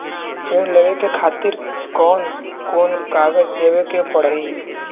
ऋण लेवे के खातिर कौन कोन कागज देवे के पढ़ही?